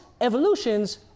evolutions